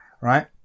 right